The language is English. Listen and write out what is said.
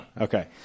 Okay